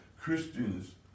Christians